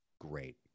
great